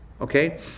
Okay